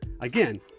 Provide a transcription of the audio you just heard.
Again